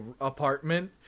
apartment